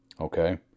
...okay